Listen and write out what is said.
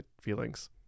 feelings